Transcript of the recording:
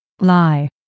Lie